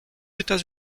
états